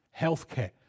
healthcare